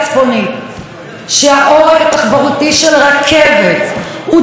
שבה העורק התחבורתי של רכבת הוא דבר חשוב,